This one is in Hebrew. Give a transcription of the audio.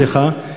סליחה,